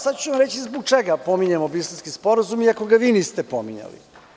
Sada ću vam reči zbog čega pominjemo sporazum iako ga vi niste pominjali.